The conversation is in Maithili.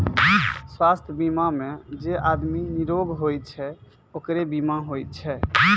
स्वास्थ बीमा मे जे आदमी निरोग होय छै ओकरे बीमा होय छै